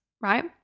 right